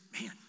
man